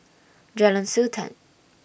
Jalan Sultan